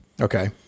Okay